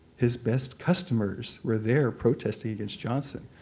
his best customers were there protesting against johnson.